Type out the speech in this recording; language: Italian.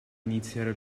iniziare